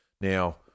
Now